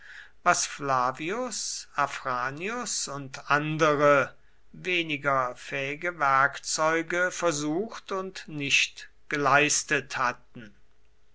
was flavius afranius und andere weniger fähige werkzeuge versucht und nicht geleistet hatten